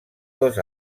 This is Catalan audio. dos